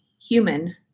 human